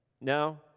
No